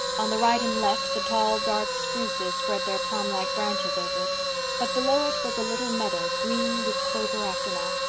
on the right and left the tall, dark spruces spread their palm-like branches over it but below it was a little meadow, green with clover aftermath,